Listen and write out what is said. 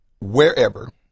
wherever